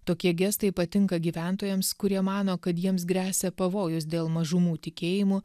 tokie gestai patinka gyventojams kurie mano kad jiems gresia pavojus dėl mažumų tikėjimo